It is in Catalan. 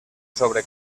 sobre